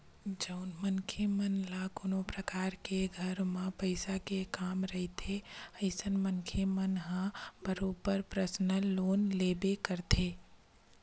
जउन मनखे मन ल कोनो परकार के घर म पइसा के काम रहिथे अइसन मनखे मन ह बरोबर परसनल लोन लेबे करथे